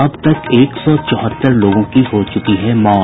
अब तक एक सौ चौहत्तर लोगों की हो चुकी है मौत